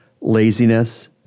laziness